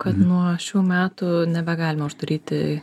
kad nuo šių metų nebegalima uždaryti